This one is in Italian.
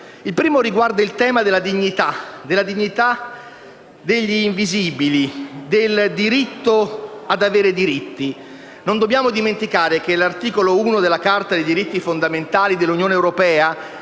Il primo riguarda il tema della dignità degli «invisibili», del diritto ad avere diritti. Non dobbiamo dimenticare che l'articolo 1 della Carta dei diritti fondamentali dell'Unione europea,